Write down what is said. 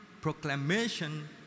proclamation